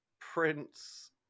Prince